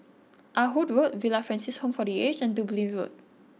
Ah Hood Road Villa Francis Home for the Aged and Dublin Road